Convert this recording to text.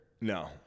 No